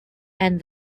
and